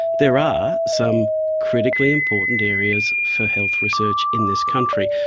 there are some critically important areas for health research in this country.